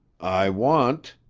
i want,